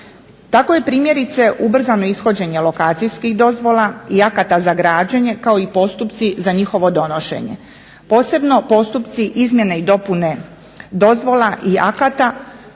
Tako je primjerice ubrzano ishođenje lokacijskih dozvola i akata za građenje kao i postupci za njihovo donošenje. Posebno postupci izmjene i dopune dozvola i akata,